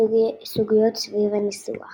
סוגיות סביב הניסוח